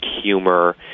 humor